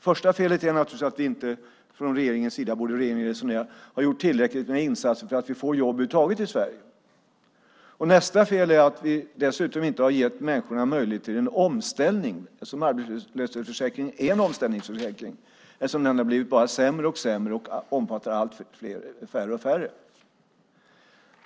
Första felet är naturligtvis att regeringen inte gjort tillräckliga insatser för att det över huvud taget ska finnas jobb i Sverige. Nästa fel är att regeringen inte har gett människorna möjlighet till en omställning. Arbetslöshetsförsäkringen är en omställningsförsäkring. Den har bara blivit sämre och sämre och omfattar allt färre och färre.